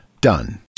Done